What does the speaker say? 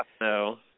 no